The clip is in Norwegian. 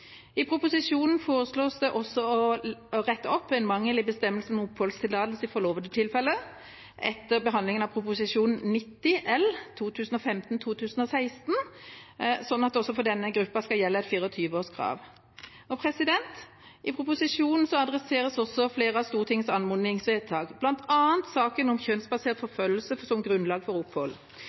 I proposisjonen foreslås det også å rette opp en mangel i bestemmelsen om oppholdstillatelse i forlovede-tilfeller, etter behandlingen av Prop. 90 L for 2015–2016, slik at det også for denne gruppa skal gjelde et 24-årskrav. I proposisjonen adresseres også flere av Stortingets anmodningsvedtak, bl.a. saken om kjønnsbasert forfølgelse som grunnlag for opphold.